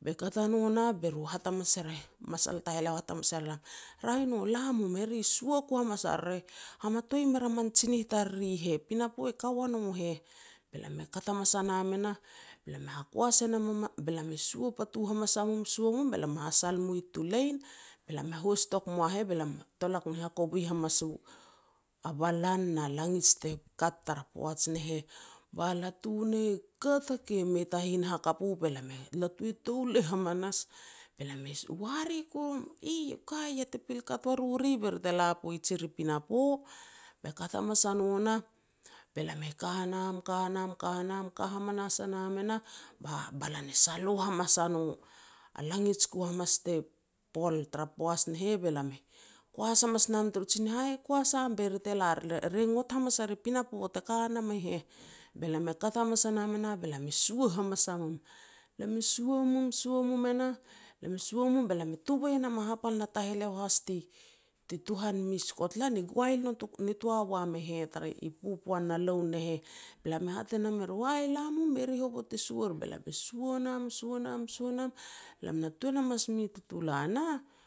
Be kat a no nah, be ru hat hamas re heh masal taheleo hat hamas er lam, "raeh i no la mum, eri sua ku hamas ar re hamatoi me rea man tsinih tariri heh, pinapo ka ua no heh." Be lam e kat hamas a nam e nah, be lam hakuas enam ana be lam e sua patu hamas a mum. Sua mum be lam me nasal e mui Tulein. Be lain e hoas touk noa heh, be lam e tolak ru hakovi hamas u a balan na langits te kat tara poats ne heh. Ba latu ne kat a keh, mei ta hin nakap u be lam e latu touleh namanas, be lam waari koru nam, "Eih oka ia te pil kat waru ri be ri te la poits er i pinapo?" Be kat hamas a no nah be lam e ka nam, ka nam, ka nam, ka hamamas a nam e nah, ba balon e saloh hamas a no. A langij ku hamas te pol tara poaj ne heh, be lam koas hanas nam taru tsinih, "Aih, koas am be ri te lar le ri ngot hamas er pinapo te ka nam e heh." Be lam e kat hamas a nam e nah be lam e sua hamas a mum, lam e sua mum, sua mum e nah, be lam e sua mum, be lam e tovei e nam a hapal ta taheleo has ti-ti tuhan mi Skotlan i goael noto nitoa wal e heh, tara i popoan na loun ne heh, be lam e hat e nam eru, "Aih, la mum be ri hovot te suar." Be lam e sua nam, sua nam, sua nam, be lam na tuan hamas mui Tutula nah,